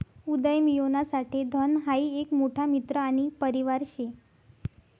उदयमियोना साठे धन हाई एक मोठा मित्र आणि परिवार शे